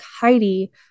heidi